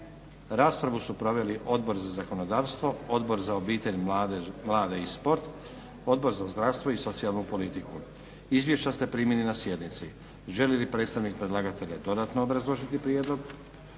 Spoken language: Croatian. Raspravu su proveli Odbor za zakonodavstvo, odbor za obitelj, mlade i sport, Odbor za zdravstvo i socijalnu politiku. Izvješća ste primili na sjednici. Želi li predstavnik predlagatelja dodatno obrazložiti prijedlog?